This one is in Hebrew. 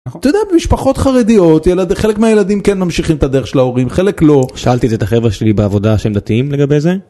אתה יודע משפחות חרדיות ילד.. חלק מהילדים כן ממשיכים את הדרך של ההורים חלק לא, שאלתי את החבר שלי בעבודה שהם דתיים לגבי זה.